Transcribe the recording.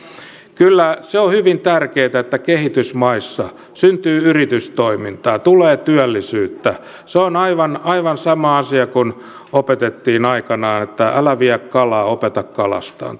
kyllä se on hyvin tärkeätä että kehitysmaissa syntyy yritystoimintaa tulee työllisyyttä se on aivan aivan sama asia kuin opetettiin aikoinaan että älä vie kalaa opeta kalastamaan